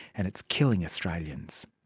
and it's killing australians.